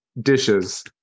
dishes